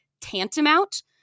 tantamount